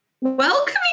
Welcoming